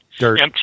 empty